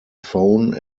phone